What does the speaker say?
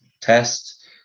test